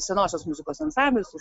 senosios muzikos ansamblis